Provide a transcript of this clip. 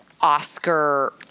Oscar